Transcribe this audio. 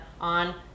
on